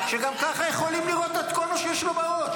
שגם ככה יכולים לראות את כל מה שיש לו בראש.